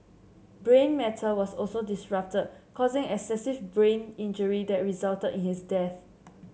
brain matter was also disrupted causing excessive brain injury that resulted in his death